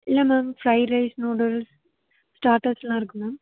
இல்லை ma'am fried rice noodles ஸ்டாட்டர்ஸுலாம் இருக்குது மேம்